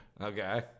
Okay